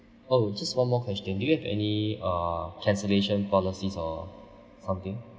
oh just one more question do you have any uh cancellation policies or something